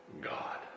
God